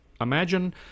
imagine